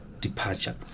departure